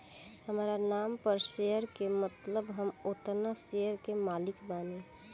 हामरा नाम पर शेयर के मतलब हम ओतना शेयर के मालिक बानी